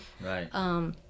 Right